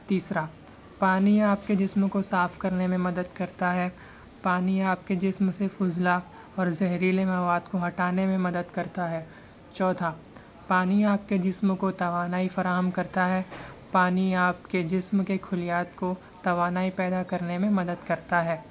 تیسرا پانی آپ کے جسموں کو صاف کرنے میں مدد کرتا ہے پانی آپ کے جسم سے فضلا اور زہریلے مواد کو ہٹانے میں مدد کرتا ہے چوتھا پانی آپ کے جسم کو توانائی فراہم کرتا ہے پانی آپ کے جسم کے خلیات کو توانائی پیدا کرنے میں مدد کرتا ہے